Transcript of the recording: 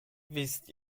wisst